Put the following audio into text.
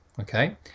Okay